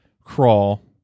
Crawl